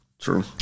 true